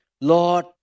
Lord